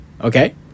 Okay